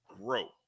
grow